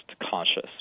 conscious